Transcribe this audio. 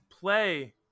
play